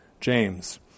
James